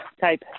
type